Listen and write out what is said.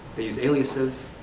they use aliases,